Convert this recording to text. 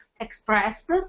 expressed